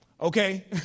Okay